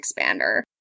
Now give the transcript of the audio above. Expander